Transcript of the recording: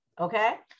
okay